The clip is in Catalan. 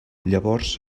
llavors